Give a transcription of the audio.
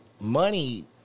money